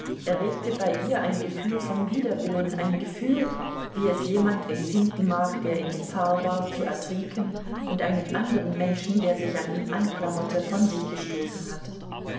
erregte bei ihr ein gefühl von widerwillen ein gefühl wie es jemand empfinden mag der in gefahr war zu ertrinken und einen andern menschen der sich an ihn anklammerte von sich gestoßen hat